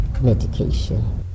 medication